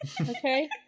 Okay